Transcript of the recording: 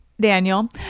Daniel